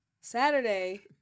Saturday